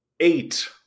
eight